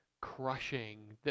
crushing